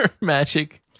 magic